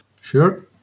Sure